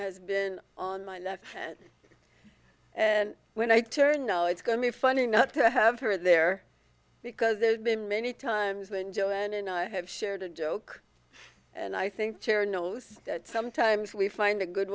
has been on my left foot and when i turn know it's going to be funny not to have her there because there's been many times when joanne and i have shared a joke and i think chere knows that sometimes we find a good